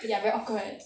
ya very awkward